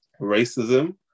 racism